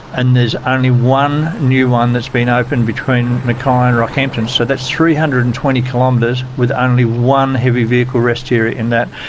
and there's only one new one that's been opened between mackay and rockhampton. so that's three hundred and twenty kilometres with only one heavy-vehicle rest area in that,